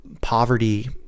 poverty